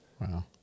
Wow